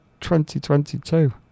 2022